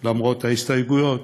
למרות הגשת ההסתייגויות,